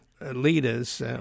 leaders